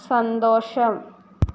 സന്തോഷം